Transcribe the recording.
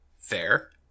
Fair